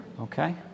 okay